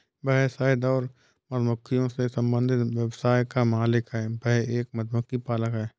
वह शहद और मधुमक्खियों से संबंधित व्यवसाय का मालिक है, वह एक मधुमक्खी पालक है